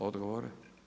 Odgovor?